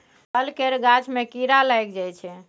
फल केर गाछ मे कीड़ा लागि जाइ छै